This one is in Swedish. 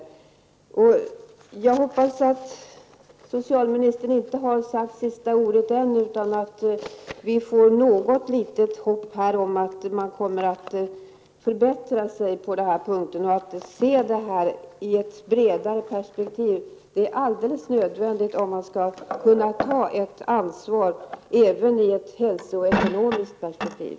Jag hoppas att socialministern inte har sagt sista ordet än utan att vi får något litet hopp om att man kommer att förbättra sig på de här punkterna och se dem i ett bredare perspektiv. Det är alldeles nödvändigt, om man skall kunna ta ett ansvar även ur hälsoekonomiskt perspektiv.